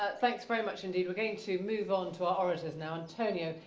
ah thanks very much, indeed. we're going to move on to our orators, now. antonio,